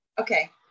okay